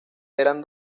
eran